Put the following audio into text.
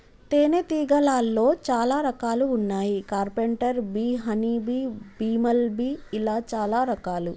తేనే తీగలాల్లో చాలా రకాలు వున్నాయి carpenter bee honey bee, bumble bee ఇలా చాలా రకాలు